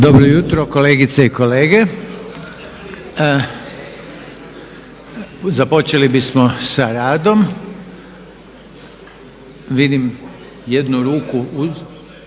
Dobro jutro kolegice i kolege. Započeli bismo sa radom. Vidim jednu ruku.